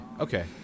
Okay